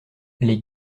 les